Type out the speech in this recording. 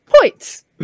Points